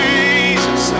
Jesus